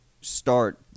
start